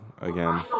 again